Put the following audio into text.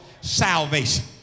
Salvation